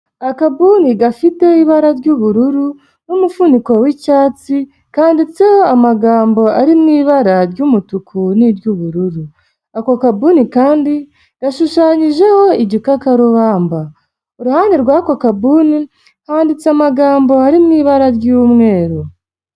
Akabuni gafite ibara ry'ubururu n'umufuniko w'icyatsi kanditseho amagambo ari mu ibara ry'umutuku n'iry'ubururu, ako kabuni kandi gashushanyijeho igikakarubamba, iruhande rw'ako kabuni handitse amagambo ari mu ibara ry'umweru.